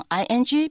ing